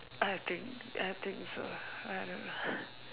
I think I think so I don't know